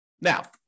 Now